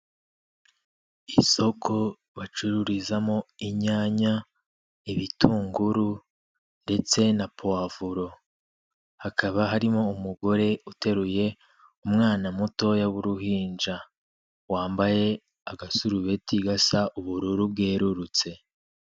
Isoko bacururizamo inyanya, ibitunguru ndetse na powavuro, hakaba harimo umugore uteruye umwana mutoya w'uruhinja, wambaye agasurubeti gasa ubururu bwerurutse.